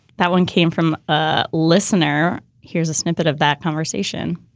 that one came from ah listener. here's a snippet of that conversation.